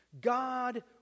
God